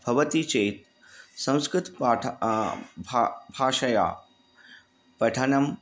भवति चेत् संस्कृतपाठः भ भाषया पठनं